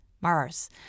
Mars